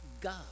god